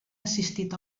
assistit